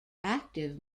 active